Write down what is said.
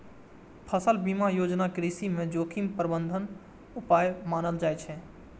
फसल बीमा योजना कृषि मे जोखिम प्रबंधन उपाय मानल जाइ छै